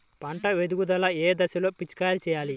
పంట ఎదుగుదల ఏ దశలో పిచికారీ చేయాలి?